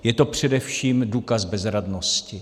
Je to především důkaz bezradnosti.